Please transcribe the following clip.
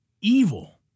evil